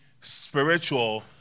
spiritual